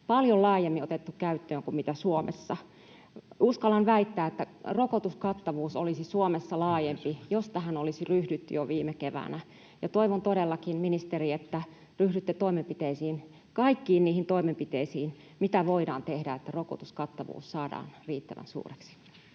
paljon laajemmin otettu käyttöön kuin Suomessa. Uskallan väittää, että rokotuskattavuus olisi Suomessa laajempi, jos tähän olisi ryhdytty jo viime keväänä. Toivon todellakin, ministeri, että ryhdytte toimenpiteisiin, kaikkiin niihin toimenpiteisiin, mitä voidaan tehdä, että rokotuskattavuus saadaan riittävän suureksi.